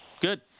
Good